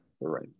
Right